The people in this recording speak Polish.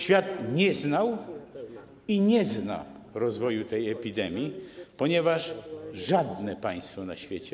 Świat nie znał i nie zna rozwoju tej epidemii, ponieważ żadne państwo na świecie.